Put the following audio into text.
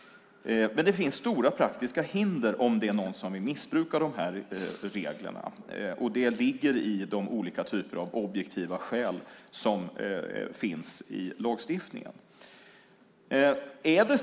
Men det finns stora praktiska hinder om någon vill missbruka dessa regler, och de ligger i de olika typer av objektiva skäl som finns i lagstiftningen.